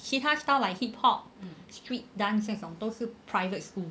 其他 style like hip hop street dance 这种都是 private school